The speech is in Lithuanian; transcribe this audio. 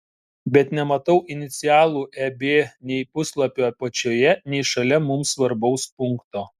bet nematau inicialų eb nei puslapio apačioje nei šalia mums svarbaus punkto